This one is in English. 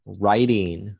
writing